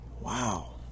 Wow